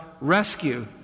rescue